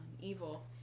evil